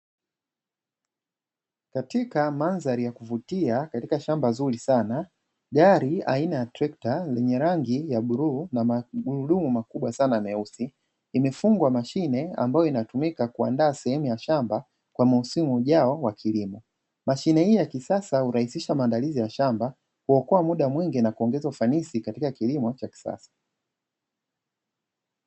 Katika mandhali ya kuvutia katika shamba zuri sana, gari aina ya trekta lenye rangi ya bluu na magurudumu makubwa sana meusi, imefungwa mashine ambayo inatumika kwa kuandaa sehemu ya shamba kwa msimu ujao wa kilimo. Mashine hii ya kisasa hurahisisha maandalizi ya shamba, huokoa muda mwingi na kuongeza ufanisi wa kilimo cha kisasa.